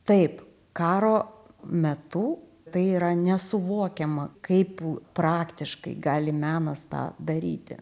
taip karo metu tai yra nesuvokiama kaip praktiškai gali menas tą daryti